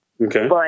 Okay